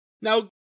Now